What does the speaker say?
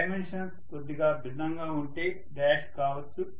dimensions కొద్దిగా భిన్నంగా ఉంటే డాష్ కావచ్చు